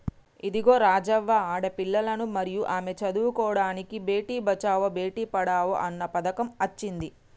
ఇదిగో రాజవ్వ ఆడపిల్లలను మరియు ఆమె చదువుకోడానికి బేటి బచావో బేటి పడావో అన్న పథకం అచ్చింది